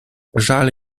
żal